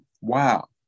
Wow